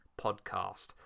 podcast